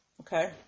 Okay